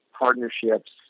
partnerships